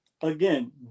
again